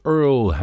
Earl